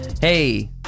hey